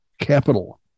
Capital